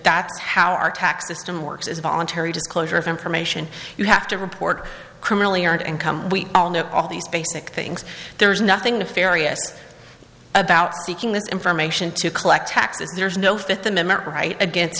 that's how our tax system works is voluntary disclosure of information you have to report criminally aren't income we all know all these basic things there's nothing nefarious about seeking this information to collect taxes there's no fifth amendment right against